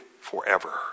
forever